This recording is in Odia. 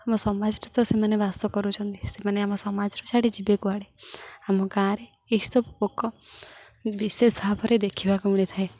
ଆମ ସମାଜରେ ତ ସେମାନେ ବାସ କରୁଛନ୍ତି ସେମାନେ ଆମ ସମାଜରୁ ଛାଡ଼ିି ଯିବେ କୁଆଡ଼େ ଆମ ଗାଁରେ ଏସବୁ ପୋକ ବିଶେଷ ଭାବରେ ଦେଖିବାକୁ ମିଳିଥାଏ